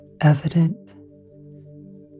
evident